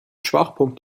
schwachpunkt